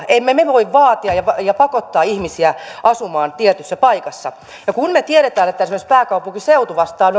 emme me me voi vaatia ja pakottaa ihmisiä asumaan tietyssä paikassa kun me tiedämme että pääkaupunkiseutu vastaa